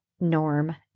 norm